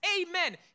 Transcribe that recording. amen